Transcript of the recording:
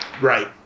Right